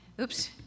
oops